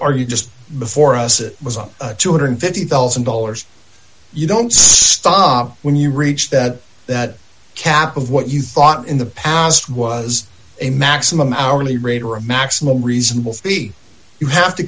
are you just before us it was a two hundred and fifty thousand dollars you don't stop when you reach that that cap of what you thought in the past was a maximum hourly rate or a maximum reasonable fee you have to